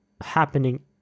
happening